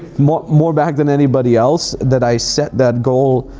more more back than anybody else that i set that goal